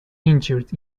injured